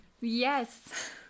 Yes